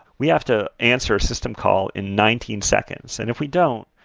we have to answer system call in nineteen seconds. and if we don't,